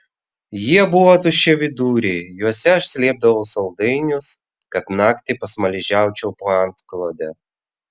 jie buvo tuščiaviduriai juose aš slėpdavau saldainius kad naktį pasmaližiaučiau po antklode